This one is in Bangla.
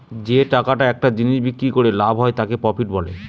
যে টাকাটা একটা জিনিস বিক্রি করে লাভ হয় তাকে প্রফিট বলে